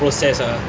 process ah